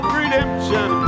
redemption